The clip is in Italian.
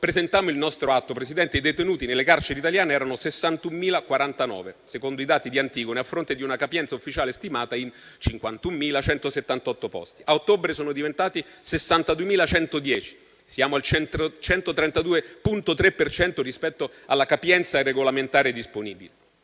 presentammo il nostro atto, signor Presidente, i detenuti nelle carceri italiane erano 61.049, secondo i dati di Antigone, a fronte di una capienza ufficiale stimata in 51.178 posti. A ottobre sono diventati 62.110. Siamo al 132,3 per cento rispetto alla capienza regolamentare disponibile.